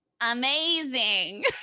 Amazing